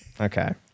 okay